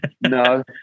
No